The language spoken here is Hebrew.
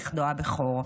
נכדו הבכור.